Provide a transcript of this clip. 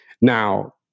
Now